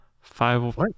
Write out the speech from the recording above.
five